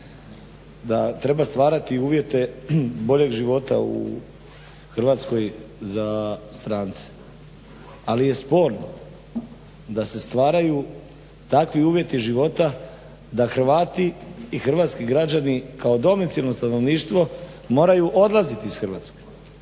da treba stvarati uvjete boljeg života u Hrvatskoj za strance, ali je sporno da se stvaraju takvi uvjeti života da Hrvati i hrvatski građani kao domicilno stanovništvo moraju odlaziti iz Hrvatske.